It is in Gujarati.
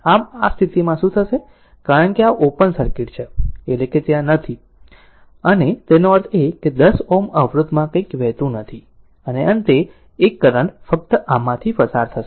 આમ આ સ્થિતિમાં શું થશે કારણ કે આ ઓપન સર્કિટ છે એટલે કે તે ત્યાં નથી અને તેનો અર્થ એ કે 10 Ωઅવરોધમાં કંઇક વહેતું નથી અને અંતે એક કરંટ ફક્ત આમાંથી પસાર થશે